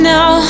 Now